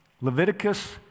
Leviticus